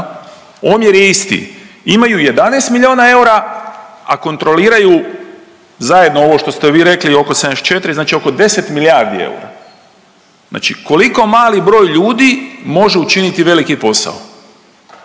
omjer je isti imaju 11 milijona eura, a kontroliraju zajedno ovo što ste vi rekli oko 74, znači oko 10 milijardi eura. Znači koliko mali broj ljudi može učiniti veliki posao.